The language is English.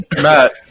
Matt